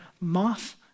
moth